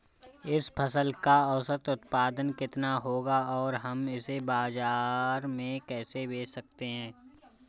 इस फसल का औसत उत्पादन कितना होगा और हम इसे बाजार में कैसे बेच सकते हैं?